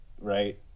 right